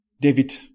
David